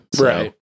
right